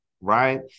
right